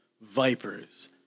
vipers